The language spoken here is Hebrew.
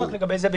לא רק לגבי זה,